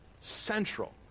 central